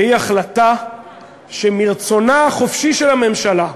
והיא החלטה שמרצונה החופשי של הממשלה,